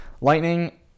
Lightning